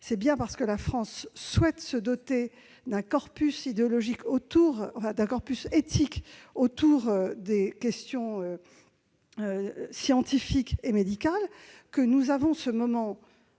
C'est bien parce que la France souhaite se doter d'un corpus éthique autour des questions scientifiques et médicales que nous avons ce moment